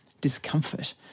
discomfort